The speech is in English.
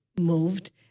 moved